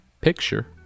picture